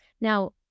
Now